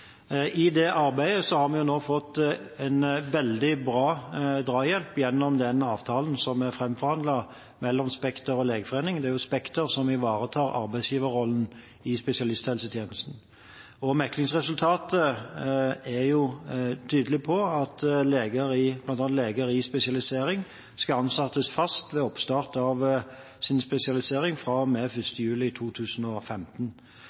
I det arbeidet har vi nå fått en veldig bra drahjelp gjennom den avtalen som er fremforhandlet mellom Spekter og Legeforeningen. Det er Spekter som ivaretar arbeidsgiverrollen i spesialisthelsetjenesten, og meklingsresultatet er jo tydelig på at bl.a. leger i spesialisering skal ansettes fast ved oppstart av sin spesialisering